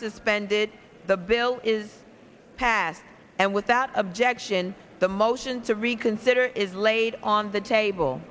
suspended the bill is passed and without objection the motion to reconsider is laid on the table